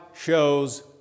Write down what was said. shows